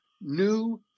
New